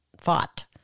fought